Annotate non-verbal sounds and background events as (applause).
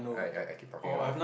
I I I keep talking (noise)